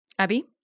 Abby